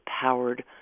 powered